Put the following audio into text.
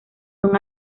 son